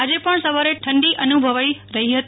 આજે પણ સવારે ઠંડી અનુભવાઈ હતી